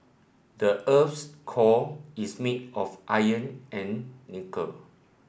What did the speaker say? the earth's core is made of iron and nickel